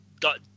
Got